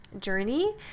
journey